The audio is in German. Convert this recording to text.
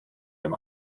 dem